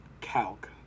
Calc